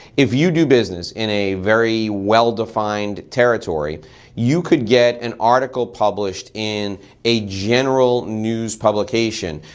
if you do business in a very well-defined territory you could get an article published in a general news publication,